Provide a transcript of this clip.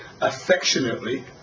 affectionately